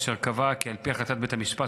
אשר קבעה כי על פי החלטת בית המשפט,